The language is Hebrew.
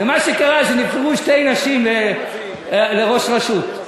ומה שקרה, נבחרו שתי נשים לראש רשות.